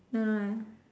no no I